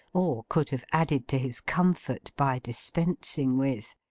or could have added to his comfort by dispensing with.